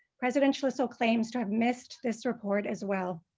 president so so claims to have missed this report as well.